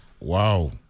wow